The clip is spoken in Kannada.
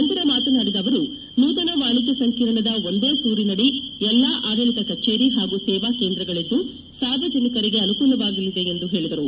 ನಂತರ ಮಾತನಾಡಿದ ಅವರು ನೂತನ ವಾಣಿಜ್ಯ ಸಂಕೀರ್ಣದ ಒಂದೇ ಸೂರಿನಡಿ ಎಲ್ಲ ಆಡಳಿತ ಕಛೇರಿ ಹಾಗೂ ಸೇವಾ ಕೇಂದ್ರಗಳಿದ್ದು ಸಾರ್ವಜನಿಕರಿಗೆ ಅನುಕೂಲವಾಗಿದೆ ಎಂದು ಹೇಳಿದರು